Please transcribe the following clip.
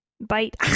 bite